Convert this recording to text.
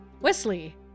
Wesley